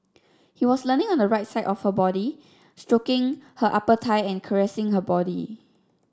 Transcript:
he was leaning on the right side of her body stroking her upper thigh and caressing her body